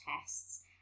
tests